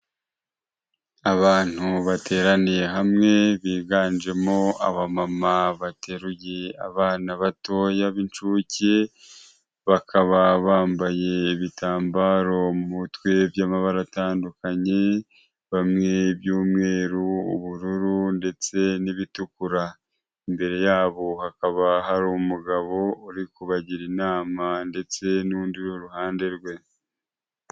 Abantu bateraniye hamwe, biganjemo aba mama bateruye abana batoya b'incuke, bakaba bambaye ibitambaro mu mutwe, by'amabara atandukanye, bamwe by'umweru, ubururu, ndetse n'ibitukura, imbere yabo hakaba hari umugabo uri kubagira inama, ndetse n'undi uri iruhande rwe.